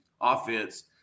offense